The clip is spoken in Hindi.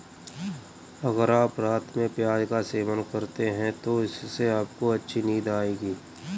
अगर आप रात में प्याज का सेवन करते हैं तो इससे आपको अच्छी नींद आएगी